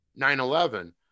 9-11